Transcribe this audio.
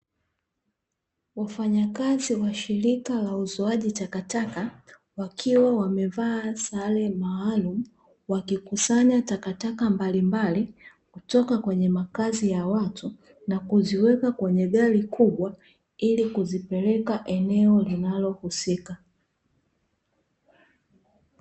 Wafanyakazi wa shirika la uzoaji takataka, wakiwa wamevaa sare maalumu. Wakikusanya takataka mbalimbali, kutoka kwenye makazi ya watu na kuziweka kwenye gari kubwa, ili kuzipeleka eneo linalo husika.